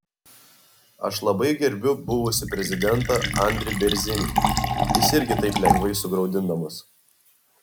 aš labai gerbiu buvusį prezidentą andrį bėrzinį jis irgi taip lengvai sugraudinamas